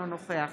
אינו נוכח